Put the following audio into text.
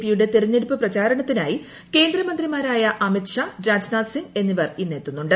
പിയുടെ തെരഞ്ഞെടുപ്പ് പ്രചാരണത്തിനായി കേന്ദ്രമന്ത്രിമാരായ അമിത്ഷാ രാജ്നാഥ് സിംഗ് എന്നിവർ ഇന്ന് എത്തുന്നുണ്ട്